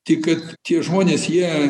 tik kad tie žmonės jie